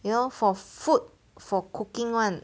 you know for food for cooking [one]